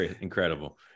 Incredible